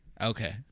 Okay